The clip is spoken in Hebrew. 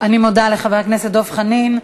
אני מודה לחבר הכנסת דב חנין.